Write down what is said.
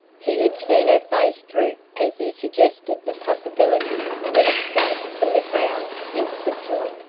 he had seen her face droop as he suggested the possibility of an escape from the crowds in switzerland,